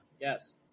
Yes